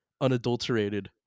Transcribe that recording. unadulterated